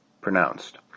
pronounced